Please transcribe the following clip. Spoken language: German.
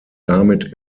damit